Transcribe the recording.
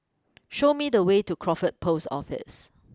show me the way to Crawford post Office